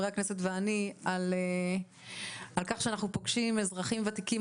הכנסת סמוטריץ' ואני על כך שאנחנו פוגשים אזרחים וותיקים,